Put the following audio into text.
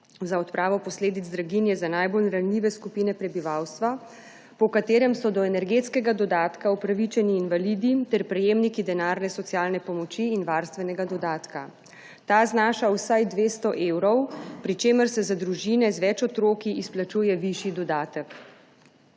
za odpravo posledic draginje za najbolj ranljive skupine prebivalstva, po katerem so do energetskega dodatka upravičeni invalidi ter prejemniki denarne socialne pomoči in varstvenega dodatka. Ta znaša vsaj 200 evrov, pri čemer se za družine z več otroki izplačuje višji dodatek.